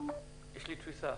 יש לי תפיסה.